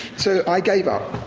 so, i gave up.